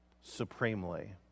supremely